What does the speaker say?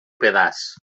pedaç